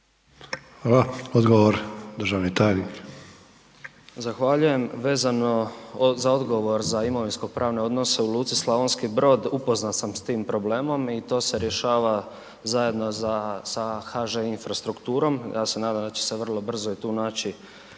**Bilaver, Josip (HDZ)** Zahvaljujem. Vezano za odgovor za imovinsko-pravne odnose u luci Slavonski Brod, upoznat sam s tim problemom i to se rješava zajedno sa HŽ Infrastrukturom, ja se nadam da će se vrlo brzo i tu naći